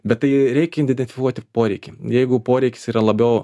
bet tai reikia indentifikuoti poreikį jeigu poreikis yra labiau